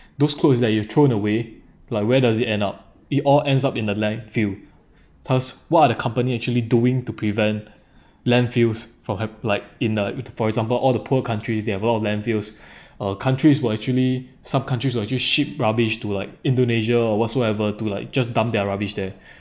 those clothes that you've thrown away like where does it end up it all ends up in the landfill thus what are the company actually doing to prevent landfills for happ~ like in a for example all the poor countries they have a lot of landfills uh countries will actually some countries will actually ship rubbish to like indonesia or whatsoever to like just dump their rubbish there